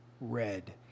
red